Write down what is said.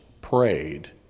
prayed